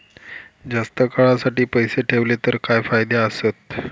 जास्त काळासाठी पैसे ठेवले तर काय फायदे आसत?